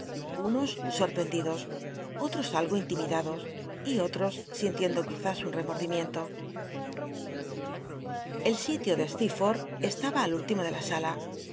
unos soa h'cndidos ohos algo intimidados y otros sintiendo qu izás un rcmoadimicnlo el sitio de stccrfoj'lh estaba al ultimo de la sala